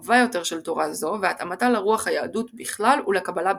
רחבה יותר של תורה זו והתאמתה לרוח היהדות בכלל ולקבלה בפרט,